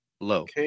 Low